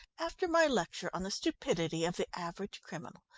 after my lecture on the stupidity of the average criminal,